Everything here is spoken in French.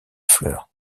fleurs